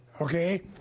Okay